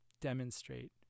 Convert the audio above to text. demonstrate